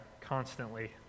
constantly